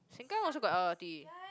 Sengkang also got l_r_t